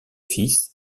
fils